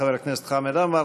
חבר הכנסת חמד עמאר,